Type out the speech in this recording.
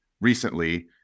recently